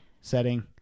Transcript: setting